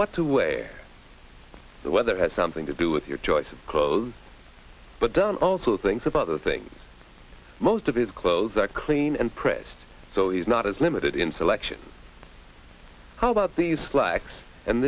what to wear the weather has something to do with your choice of cold but then also things about other things most of his clothes are clean and pressed so he's not as limited in selection how about these slacks and